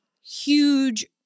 huge